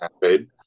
paid